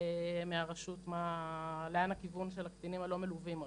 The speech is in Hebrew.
מהרשות לאן הכיוון של הקטינים הלא מלווים הולך,